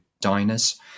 diners